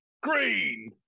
green